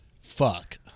Fuck